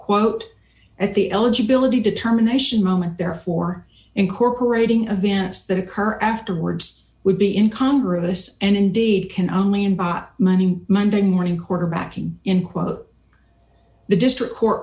quote at the eligibility determination moment therefore incorporating advance that occur afterwards would be in congress and indeed can only in bought money monday morning quarterbacking in quote the district court